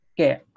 Okay